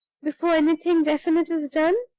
before anything definite is done?